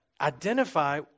identify